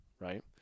right